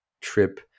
trip